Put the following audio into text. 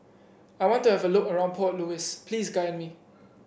I want to have a look around Port Louis Please guide me